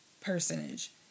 personage